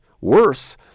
worse